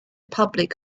public